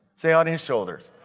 say, on his shoulders.